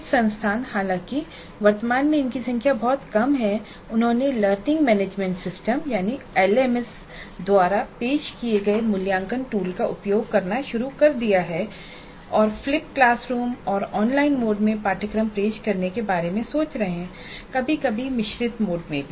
कुछ संस्थान हालांकि वर्तमान में इनकी संख्या बहुत कम हैं उन्होंने लर्निंग मैनेजमेंट सिस्टम्स एलएमएस द्वारा पेश किए गए मूल्यांकन टूल का उपयोग करना शुरू कर दिया है और फ़्लिप क्लासरूम और ऑनलाइन मोड में पाठ्यक्रम पेश करने के बारे में सोच रहे हैं कभी कभी मिश्रित मोड में भी